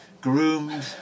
Groomed